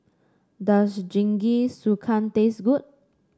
does Jingisukan taste good